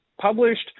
published